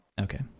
Okay